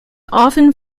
often